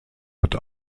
hat